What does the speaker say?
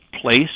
place